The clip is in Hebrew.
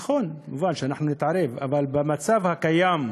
נכון, מובן שאנחנו נתערב, אבל במצב הקיים,